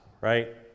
right